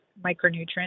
micronutrients